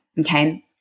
Okay